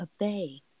obey